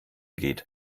geht